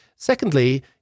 Secondly